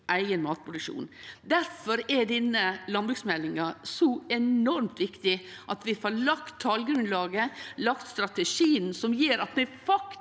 eigen matproduksjon. Difor er denne landbruksmeldinga så enormt viktig – at vi får lagt talgrunnlaget, lagt strategien som gjer at vi faktisk